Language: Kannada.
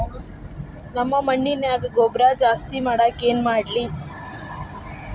ನಮ್ಮ ಮಣ್ಣಿನ್ಯಾಗ ಗೊಬ್ರಾ ಜಾಸ್ತಿ ಮಾಡಾಕ ಏನ್ ಮಾಡ್ಲಿ?